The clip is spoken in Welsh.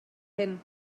hyn